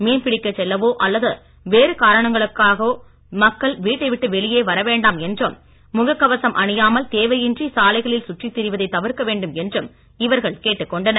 மீன் பிடிக்கச் செல்லவோ அல்லது வேறு காரணங்களுக்கோ மக்கள் வீட்டை விட்டு வெளியே வரவேண்டாம் என்றும் முகக் கவசம் அணியாமல் தேவையின்றி சாலைகளில் சுற்றித் திரிவதைத் தவிர்க்க வேண்டும் என்றும் இவர்கள் கேட்டுக் கொண்டனர்